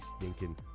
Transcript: stinking